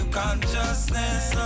consciousness